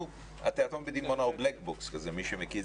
התיאטרון בדימונה הוא בלק בוקס כזה, מי שמכיר.